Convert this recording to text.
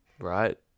right